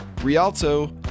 Rialto